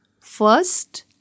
First